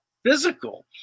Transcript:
physical